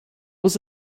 was